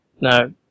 No